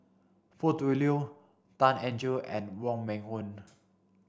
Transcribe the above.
Foo Tui Liew Tan Eng Joo and Wong Meng Voon